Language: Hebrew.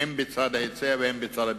הן בצד ההיצע והן בצד הביקוש.